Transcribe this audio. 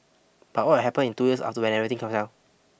but what will happen in two years after when everything comes down